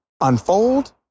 unfold